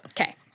Okay